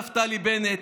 נפתלי בנט,